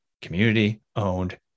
community-owned